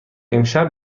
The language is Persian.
امشب